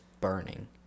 burning